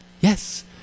yes